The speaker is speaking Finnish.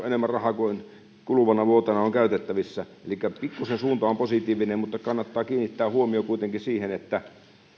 enemmän rahaa kuin kuluvana vuotena on käytettävissä elikkä pikkusen suunta on positiivinen mutta kannattaa kiinnittää huomio kuitenkin siihen että